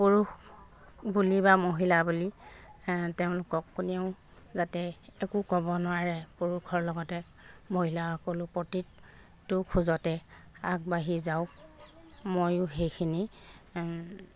পুৰুষ বুলি বা মহিলা বুলি তেওঁলোকক কোনেও যাতে একো ক'ব নোৱাৰে পুৰুষৰ লগতে মহিলাসকলো প্ৰতিটো খোজতে আগবাঢ়ি যাওক মইয়ো সেইখিনি